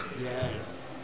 Yes